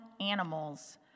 animals